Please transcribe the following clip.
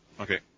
Okay